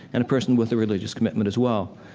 and a person with a religious commitment as well.